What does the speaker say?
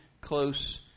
close